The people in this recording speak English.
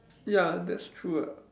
ya that's true ah